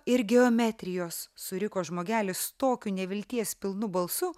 ir geometrijos suriko žmogelis tokiu nevilties pilnu balsu